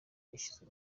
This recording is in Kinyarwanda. ishyizwe